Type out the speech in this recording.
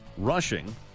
rushing